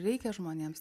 reikia žmonėms